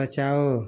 बचाओ